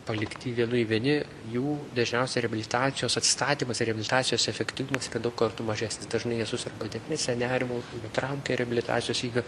palikti vienui vieni jų dažniausiai reabilitacijos atsistatymas ir reabilitacijos efektyvumas yra daug kartų mažesnis dažnai jie suserga depresija nerimu nutraukia reabilitacijos eigą